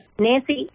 Nancy